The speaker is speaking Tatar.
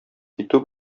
китү